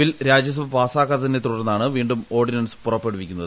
ബ്ലിൽ രാജ്യസഭ പാസ്സാക്കാത്തതിനെ തുടർന്നാണ് വീണ്ടും ഒട്ടർഡിനൻസ് പുറപ്പെടുവിക്കുന്നത്